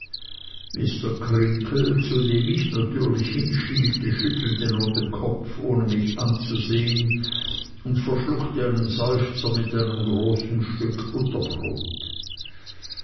mr creakle zu dem ich natürlich hinschielte schüttelte nur den kopf ohne mich anzusehen und verschluckte einen seufzer mit einem großen stück butterbrot